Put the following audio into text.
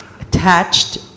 attached